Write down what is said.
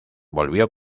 volvió